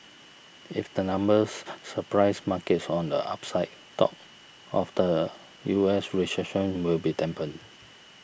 if the numbers surprise markets on the upside talk of the U S recession will be dampened